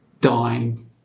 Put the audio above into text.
dying